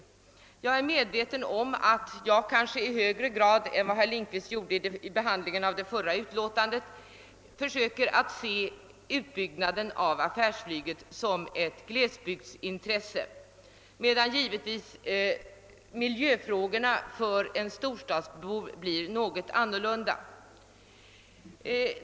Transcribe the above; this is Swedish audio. Jag är medveten om att jag kanske i högre grad än vad herr Lindkvist gjorde vid behandlingen av det förra utlåtandet försöker att se utbyggnaden av affärsflyget som ett glesbygdsintresse, medan givetvis miljöfrågorna blir något annorlunda för en storstadsbo.